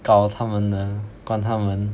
搞他们的管他们